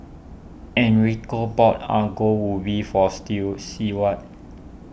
Enrico bought Ongol Ubi for Stew Seward